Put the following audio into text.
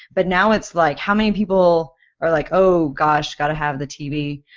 but now, it's like how many people are like, oh gosh, got to have the tv.